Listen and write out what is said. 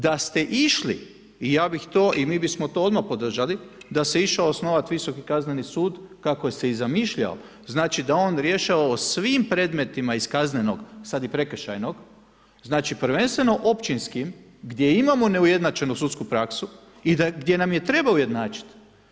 Da ste išli i ja bih to i mi bismo to odmah podržali, da se išao osnovati Visoki kazneni sud, kako se je i zamišljao, znači da on rješava o svim predmetima o kaznenog sada i prekršajnog, znači prvenstveno općinskim, gdje imamo neujednačenu sudsku praksu i gdje bi nam trebao ujednačiti.